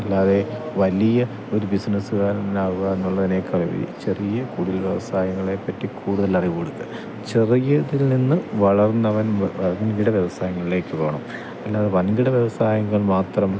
അല്ലാതെ വലിയ ഒരു ബിസിനസ്സുകാരനാവുക എന്നുള്ളതിനെക്കാളുപരി ചെറിയ കുടിൽ വ്യവസായങ്ങളെ പറ്റി കൂടുതൽ അറിവ് കൊടുക്കുക ചെറിയതിൽ നിന്ന് വളർന്ന് അവൻ വൻകിട വ്യവസായങ്ങളിലേക്ക് പോകണം അല്ലാതെ വൻകിട വ്യവസായങ്ങൾ മാത്രം